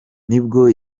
nibwo